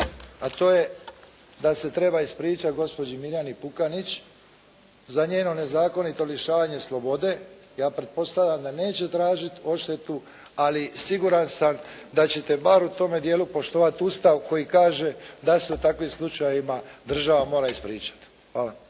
a to je da se treba ispričati gospođi Mirjani Pukanić za njeno nezakonito lišavanje slobode. Ja pretpostavljam da neće tražiti odštetu ali siguran sam da ćete bar u tome dijelu poštovati Ustav koji kaže da se u takvim slučajevima država mora ispričati. Hvala.